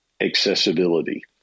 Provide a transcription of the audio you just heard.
accessibility